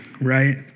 right